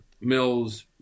mills